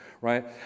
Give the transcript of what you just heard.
right